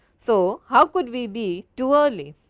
so how could we be too early.